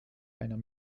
einer